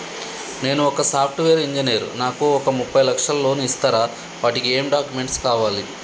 నేను ఒక software engineer నాకు ఒక ముప్పై లక్షల లోన్ ఇస్తరా? వాటికి ఏం డాక్యుమెంట్స్ కావాలి?